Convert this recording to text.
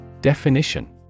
Definition